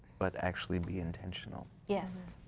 but actually be intentional. yes.